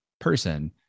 person